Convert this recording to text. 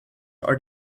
are